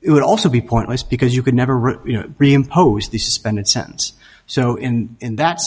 it would also be pointless because you could never really you know reimpose the suspended sentence so in in that